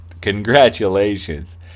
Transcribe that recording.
congratulations